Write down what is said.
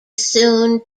soon